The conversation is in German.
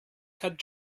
hat